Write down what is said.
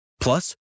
Plus